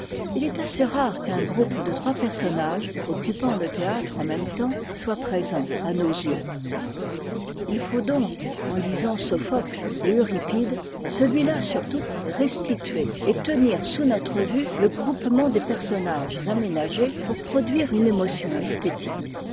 il est assez rare qu'un groupe de trois personnages occupant le théâtre en même temps soit présent à nos yeux il faut donc en lisant sophocle et euripide celui-là surtout restituer et tenir sous notre vue le groupement des personnages aménagés pour produire une émotion esthétique